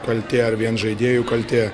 kaltė ar vien žaidėjų kaltė